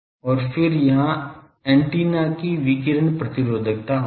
और फिर वहाँ एंटीना की विकिरण प्रतिरोधकता होगी